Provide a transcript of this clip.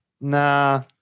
Nah